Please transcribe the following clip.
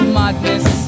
madness